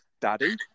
Daddy